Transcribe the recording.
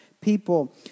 People